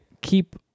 keep